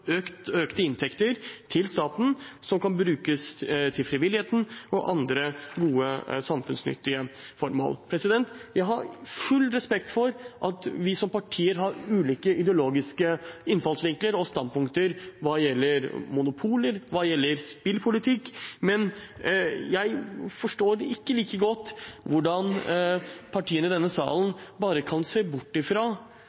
økte inntekter til staten, som kan brukes til frivilligheten og andre gode samfunnsnyttige formål. Jeg har full respekt for at vi som partier har ulike ideologiske innfallsvinkler og standpunkter hva gjelder monopoler og hva gjelder spillpolitikk, men jeg forstår ikke like godt hvordan partiene i denne salen